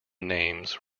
names